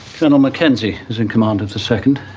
colonel mackenzie is in command of the second.